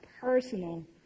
personal